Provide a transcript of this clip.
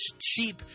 cheap